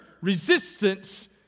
resistance